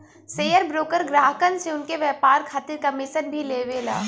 share broker ग्राहकन से उनके व्यापार खातिर कमीशन भी लेवला